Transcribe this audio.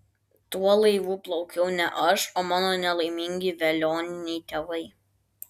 tuo laivu plaukiau ne aš o mano nelaimingi velioniai tėvai